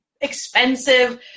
expensive